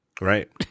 Right